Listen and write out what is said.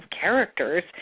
characters